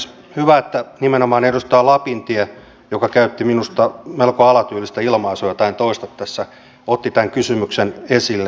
hyvä että nimenomaan edustaja lapintie joka minusta käytti melko alatyylistä ilmaisua jota en toista tässä otti tämän kysymyksen esille